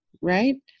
right